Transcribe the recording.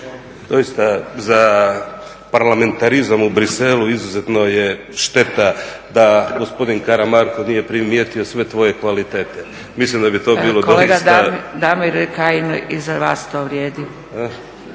Doista za parlamentarizam u Bruxellesu izuzetno je šteta da gospodin Karamarko nije primjetio sve tvoje kvalitete. Mislim da bi to bilo doista… … /Upadica Zgrebec: Kolega Damire Kajin, i za vas to vrijedi./